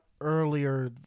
earlier